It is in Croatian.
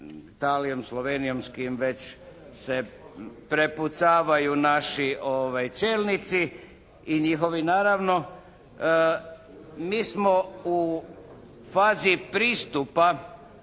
Italijom, Slovenijom, s kim već se prepucavaju naši čelnici i njihovi naravno. Mi smo u fazi pristupa